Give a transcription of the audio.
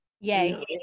Yay